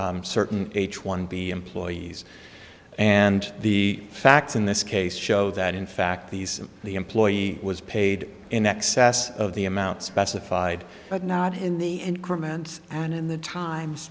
certain h one b employees and the facts in this case show that in fact these the employee was paid in excess of the amount specified but not in the increment and in the time